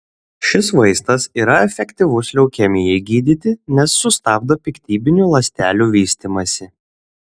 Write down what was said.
šis vaistas yra efektyvus leukemijai gydyti nes sustabdo piktybinių ląstelių vystymąsi